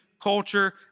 culture